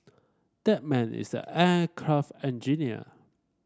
that man is an aircraft engineer